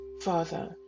Father